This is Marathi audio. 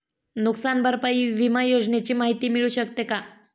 नुकसान भरपाई विमा योजनेची माहिती मिळू शकते का?